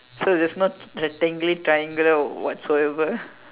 so is not rectangular triangle or what's so ever